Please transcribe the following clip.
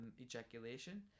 ejaculation